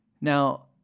Now